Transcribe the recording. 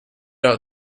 out